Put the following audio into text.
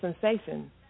sensation